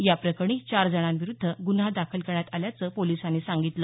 याप्रकरणी चार जणांविरुद्ध ग्रन्हा दखल करण्यात आल्याचं पोलिसांनी सांगितलं